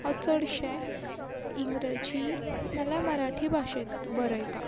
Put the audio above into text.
हांव चडशें इंग्रजी नाल्या मराठी भाशेंत बरयतां